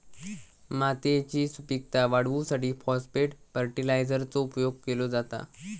मातयेची सुपीकता वाढवूसाठी फाॅस्फेट फर्टीलायझरचो उपयोग केलो जाता